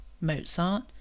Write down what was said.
Mozart